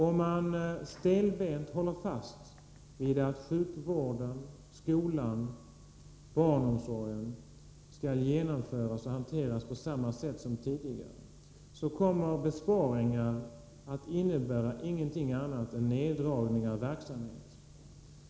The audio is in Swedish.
Om man stelbent håller fast vid att sjukvården, skolan och barnomsorgen skall genomföras och hanteras på samma sätt som tidigare, kommer besparingar inte att innebära någonting annat än en neddragning av verksamheten.